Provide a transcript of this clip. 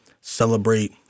celebrate